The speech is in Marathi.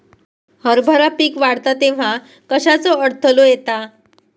हरभरा पीक वाढता तेव्हा कश्याचो अडथलो येता?